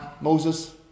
Moses